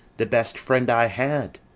the best friend i had!